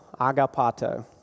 agapato